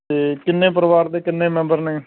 ਅਤੇ ਕਿੰਨੇ ਪਰਿਵਾਰ ਦੇ ਕਿੰਨੇ ਮੈਂਬਰ ਨੇ